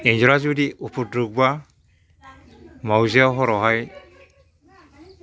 एन्जरा जुदि उफुद्रुगबा मावजिया हरावहाय